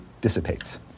dissipates